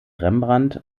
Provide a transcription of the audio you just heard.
rembrandt